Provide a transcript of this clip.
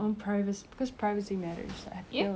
not saying that you don't want to be around family but like